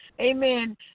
amen